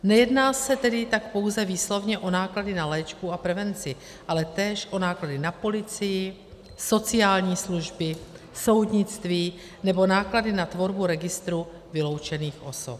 Nejedná se tak tedy pouze výslovně o náklady na léčbu a prevenci, ale též o náklady na policii, sociální služby, soudnictví nebo náklady na tvorbu registru vyloučených osob.